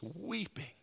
weeping